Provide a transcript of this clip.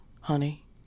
honey